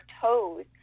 toes